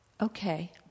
Okay